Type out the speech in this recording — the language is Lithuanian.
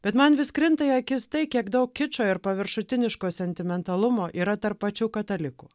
bet man vis krinta į akis tai kiek daug kičo ir paviršutiniško sentimentalumo yra tarp pačių katalikų